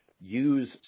use